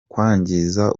kwangiza